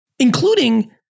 Including